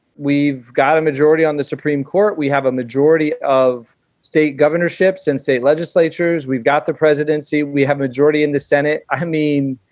we've got a majority on the supreme court. we have a majority of state governorships and state legislatures. we've got the presidency. we have a majority in the senate. i mean,